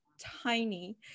tiny